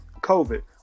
COVID